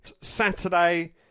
Saturday